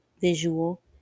visual